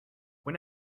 when